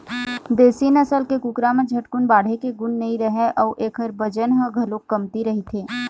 देशी नसल के कुकरा म झटकुन बाढ़े के गुन नइ रहय अउ एखर बजन ह घलोक कमती रहिथे